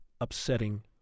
Upsetting